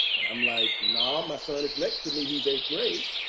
and i'm like, no, my son is next to me, he says, great.